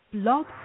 Log